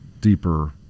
deeper